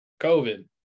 COVID